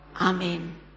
Amen